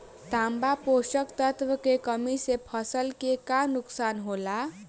तांबा पोषक तत्व के कमी से फसल के का नुकसान होला?